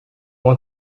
want